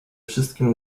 wszystkim